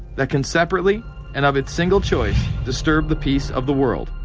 that can separately and of its single choice. disturb the peace of the world.